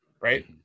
Right